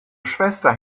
schwester